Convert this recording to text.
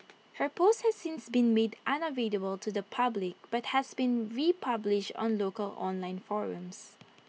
her post has since been made unavailable to the public but has been republished on local online forums